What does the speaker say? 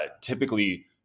typically